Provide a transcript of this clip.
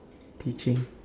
teaching